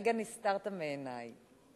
לרגע נסתרת מעיני.